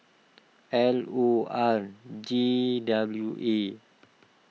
L O R J W A